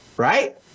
Right